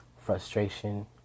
Frustration